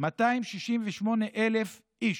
כ-268,000 איש,